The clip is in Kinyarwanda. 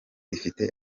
ifite